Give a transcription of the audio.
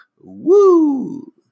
Woo